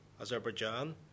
Azerbaijan